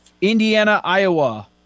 Indiana-Iowa